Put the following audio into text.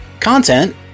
Content